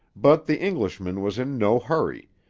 but the englishman was in no hurry,